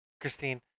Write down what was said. Christine